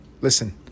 Listen